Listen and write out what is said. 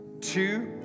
two